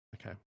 Okay